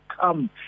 come